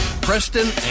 Preston